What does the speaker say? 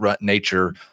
nature